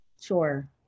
Sure